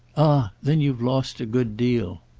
ah then you've lost a good deal!